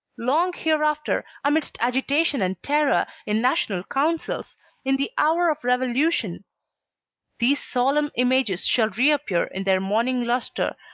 long hereafter, amidst agitation and terror in national councils in the hour of revolution these solemn images shall reappear in their morning lustre,